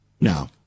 Now